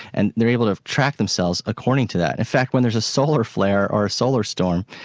and they're able to track themselves according to that. in fact when there's a solar flare or a solar storm,